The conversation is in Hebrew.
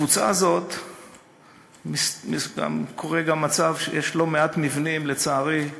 בקבוצה הזאת קורה גם מצב שיש לא מעט מבנים, לצערי,